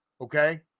okay